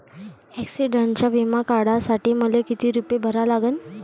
ॲक्सिडंटचा बिमा काढा साठी मले किती रूपे भरा लागन?